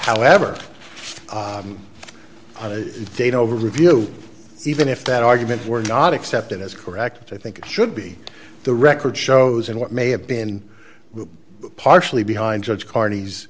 however on a date over review even if that argument were not accepted as correct i think it should be the record shows in what may have been partially behind judge car